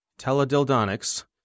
teledildonics